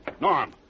Norm